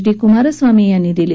D Kumaraswamy यांनी दिली